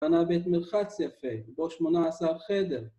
‫כאן הבית מרחץ יפה, בו 18 חדר.